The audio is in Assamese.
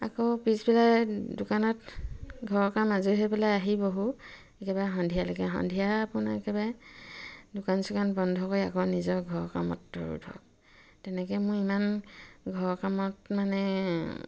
আকৌ পিছ পেলাই দোকানত ঘৰৰ কাম আজৰি হৈ পেলাই আহি বহু একেবাৰে সন্ধিয়ালেকে সন্ধিয়া আপোনাৰ একেবাৰে দোকান চোকান বন্ধ কৰি আকৌ নিজৰ ঘৰৰ কামত ধৰো ধৰক তেনেকে মোৰ ইমান ঘৰৰ কামত মানে